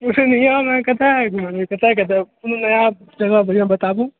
पूर्णियामे कतय घुमेबय कतय कतय कोनो नया जगह बढ़िआँ बताबु